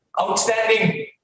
Outstanding